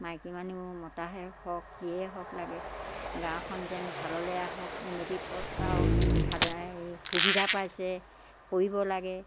মাইকী মানুহ মতায়ে হওক যিয়ে হওক লাগে গাঁওখন যেন ভাললৈ আহক উন্নতিৰ পথ পাওক সাধাৰণ সুবিধা পাইছে কৰিব লাগে